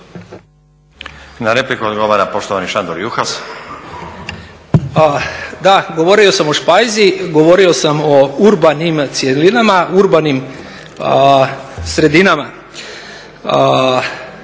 Na repliku odgovara poštovani Šandor Juhas. **Juhas, Šandor (Nezavisni)** Da, govorio sam špajzi, govorio sam o urbanim cjelinama, urbanim sredinama.